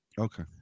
Okay